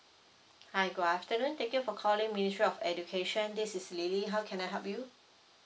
hi good afternoon thank you for calling ministry of education this is lily how can I help you